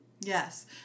Yes